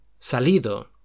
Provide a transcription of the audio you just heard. salido